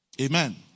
Amen